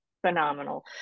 phenomenal